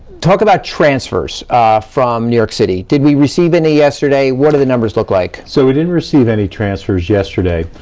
talk about transfers from new york city. did we receive any yesterday? what do the numbers look like? so we didn't receive any transfers yesterday.